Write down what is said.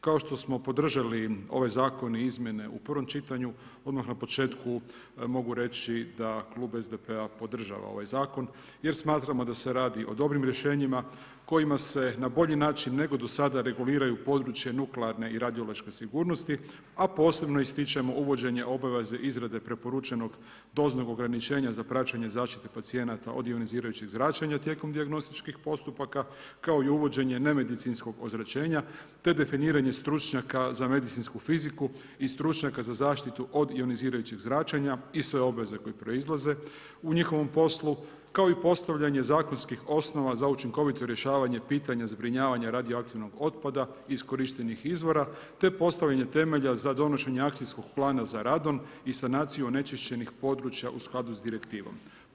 Kao što smo podržali ovaj zakon i izmjene u prvom čitanju, odmah na početku mogu reći da klub SDP-a podržava ovaj zakon jer smatramo da se radi o dobrim rješenjima kojima se na bolji način nego do sada reguliraju područje nuklearne i radiološke sigurnosti a posebno ističem uvođenje obaveze izrade preporučenog doznog ograničenja za praćenje zaštite pacijenata od ionizirajućeg zračenja tijekom dijagnostičkih postupaka kao i uvođenje nemedicinskog ozraćenja te definiranje stručnjaka za medicinsku fiziku i stručnjaka za zaštitu od ionizirajućeg zračenja i sve obveze koje proizlaze u njihovom poslu kao i postavljanje zakonskih osnova za učinkovito rješavanje pitanja zbrinjavanja radioaktivnog otpada iz korištenih izvora te postavljanje temelja za donošenje akcijskog plana za radom i sanacijom onečišćenih područja u skladu sa direktivom.